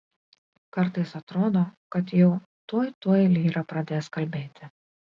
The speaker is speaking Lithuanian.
kartais atrodo kad jau tuoj tuoj lyra pradės kalbėti